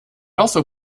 also